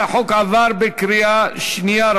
והחוק עבר בקריאה שנייה,